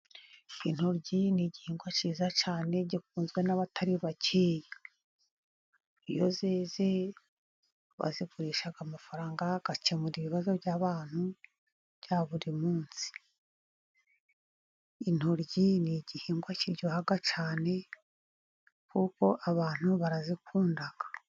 Intoryi ni igihingwa cyiza cyane gikunzwe n'abatari bakeya. Iyo zeze, bazigurisha amafaranga, agakemura ibibazo by'abantu bya buri munsi. Intoryi ni igihingwa kiryoha cyane kuko abantu barazikunda.